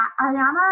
Ariana